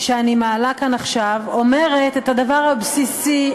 שאני מעלה כאן עכשיו אומרת את הדבר הבסיסי,